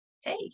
hey